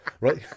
Right